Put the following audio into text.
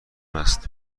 است